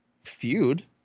feud